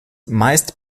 meist